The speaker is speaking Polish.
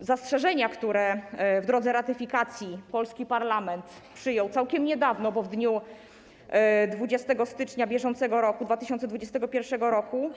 zastrzeżenia, które w drodze ratyfikacji polski parlament przyjął całkiem niedawno, bo w dniu 20 stycznia br., 2021 r.